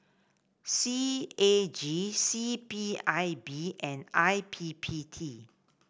C A G C P I B and I P P T